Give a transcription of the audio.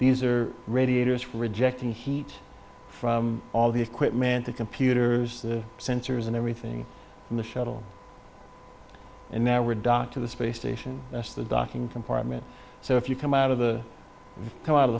these are radiators for rejecting heat from all the equipment the computers the sensors and everything in the shuttle and now we're docked to the space station that's the docking compartment so if you come out of the come out of